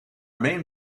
main